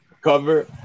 cover